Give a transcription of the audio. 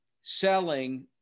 selling